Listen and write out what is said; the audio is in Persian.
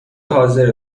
حاضره